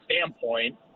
standpoint